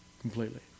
Completely